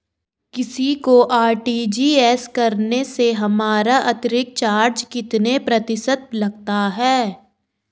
किसी को आर.टी.जी.एस करने से हमारा अतिरिक्त चार्ज कितने प्रतिशत लगता है?